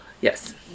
yes